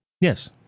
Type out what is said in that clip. Yes